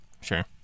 Sure